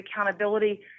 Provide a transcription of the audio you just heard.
accountability